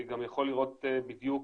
אני גם יכול לראות בדיוק